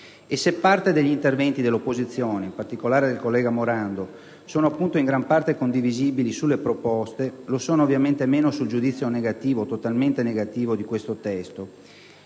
e, se parte degli interventi dell'opposizione - in particolare del collega Morando - sono in gran parte condivisibili sulle proposte, lo sono ovviamente meno in ordine al giudizio totalmente negativo su questo testo,